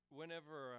whenever